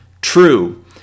true